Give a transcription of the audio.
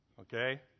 Okay